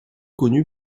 connue